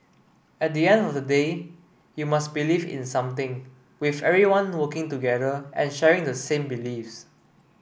at the end of the day you must believe in something with everyone working together and sharing the same beliefs